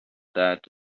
that